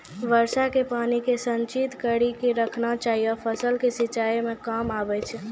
वर्षा के पानी के संचित कड़ी के रखना चाहियौ फ़सल के सिंचाई मे काम आबै छै?